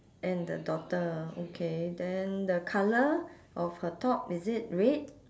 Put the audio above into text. and the daughter okay then the colour of her top is it red